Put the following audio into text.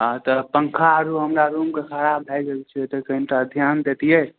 हँ तऽ पंखा आरु हमरा रूमके खराब भए गेल छै तऽ कनीटा ध्यान देतियै